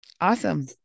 Awesome